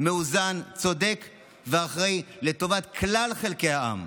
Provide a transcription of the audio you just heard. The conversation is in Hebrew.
מאוזן, צודק ואחראי, לטובת כלל חלקי העם,